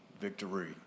victory